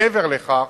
מעבר לכך,